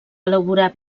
elaborar